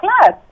class